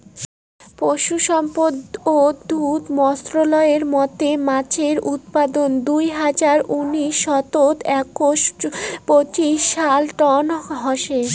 পশুসম্পদ ও দুধ মন্ত্রালয়ের মতে মাছের উৎপাদন দুই হাজার উনিশ সনত একশ পঁচিশ লাখ টন হসে